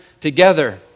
together